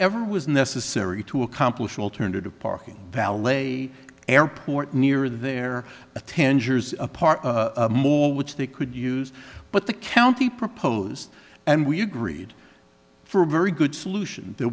ever was necessary to accomplish alternative parking valet airport near their ten years apart more which they could use but the county proposed and we agreed for a very good solution th